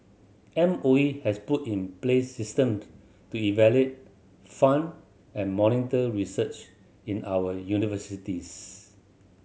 M O E has put in place systems to evaluate fund and monitor research in our universities